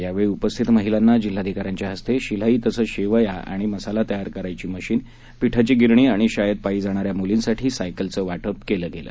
यावेळी उपस्थित महिलांना जिल्हाधिकाऱ्यांच्या हस्ते शिलाई तसंच शेवया आणि मसाला तयार करायची मशीन पीठाची गिरणी आणि शाळेत पायी जाणाऱ्या मलींसाठी सायकलचं वाटप केलं गेलं